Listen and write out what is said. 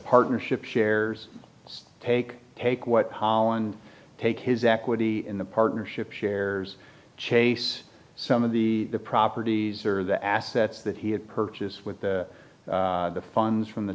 partnership shares take take what hollande take his equity in the partnership shares chase some of the properties or the assets that he had purchased with the funds from the